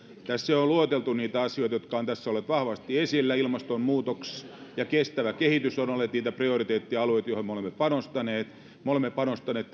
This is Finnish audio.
tässä on jo lueteltu niitä asioita jotka ovat olleet vahvasti esillä ilmastonmuutos ja kestävä kehitys ovat olleet niitä prioriteettialueita joihin me olemme panostaneet me olemme panostaneet